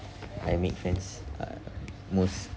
I make friends uh most